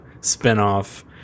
spinoff